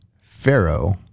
Pharaoh